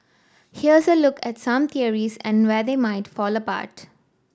here's a look at some theories and where they might fall apart